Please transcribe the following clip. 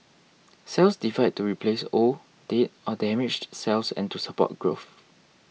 cells divide to replace old dead or damaged cells and to support growth